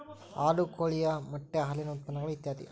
ಹಾಲು ಕೋಳಿಯ ಮೊಟ್ಟೆ ಹಾಲಿನ ಉತ್ಪನ್ನಗಳು ಇತ್ಯಾದಿ